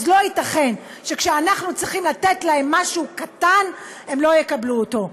אז לא ייתכן שכשאנחנו צריכים לתת להם משהו קטן הם לא יקבלו אותו.